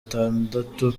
atandatu